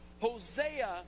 Hosea